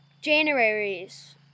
January's